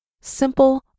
simple